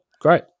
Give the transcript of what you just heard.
great